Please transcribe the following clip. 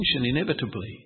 inevitably